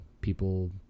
people